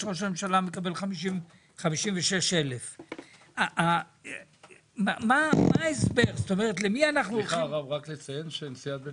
בעוד שראש הממשלה מקבל 56,000. נשיאת בית